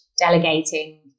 delegating